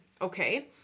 Okay